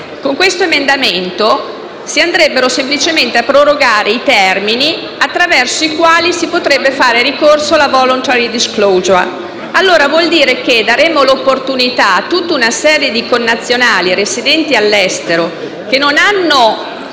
non votare), si andrebbero semplicemente a prorogare i termini attraverso i quali si potrebbe fare ricorso alla *voluntary disclosure*. Questo vuol dire che daremmo un'opportunità a tutta una serie di connazionali residenti all'estero che non hanno